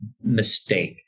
Mistake